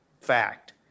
fact